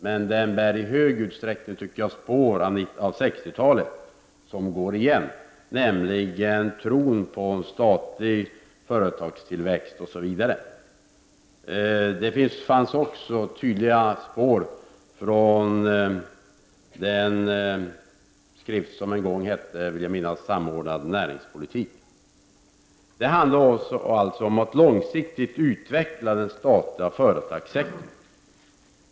Men den bär i hög grad spår av 60-talet, när det gäller tron på en statlig företagstillväxt osv. Där fanns också tydliga spår från den skrift som hette Samordnad näringspolitik. Det handlar alltså om att långsiktigt utveckla den statliga företagssektorn.